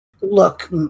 Look